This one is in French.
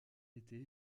été